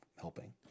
helping